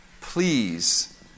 please